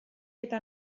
eta